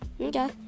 Okay